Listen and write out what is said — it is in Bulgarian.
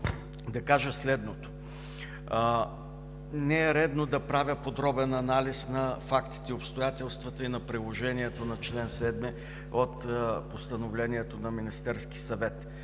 Не е редно да правя подробен анализ на фактите, обстоятелствата и на приложението на чл. 7 от Постановлението на Министерския съвет.